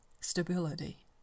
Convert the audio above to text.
stability